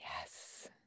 Yes